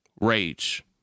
Rage